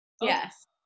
Yes